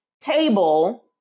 table